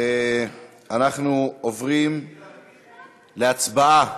אנחנו עוברים להצבעה